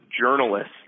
journalists